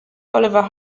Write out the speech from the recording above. oliver